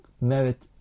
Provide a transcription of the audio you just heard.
merit